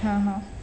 हां हां